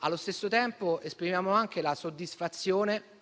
Allo stesso tempo, esprimiamo anche la soddisfazione